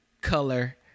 color